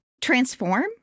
transform